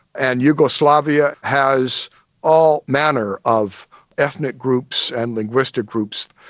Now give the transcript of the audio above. and yugoslavia has all manner of ethnic groups and linguistic groups,